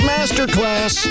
Masterclass